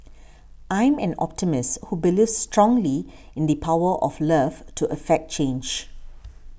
I'm an optimist who believes strongly in the power of love to affect change